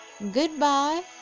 goodbye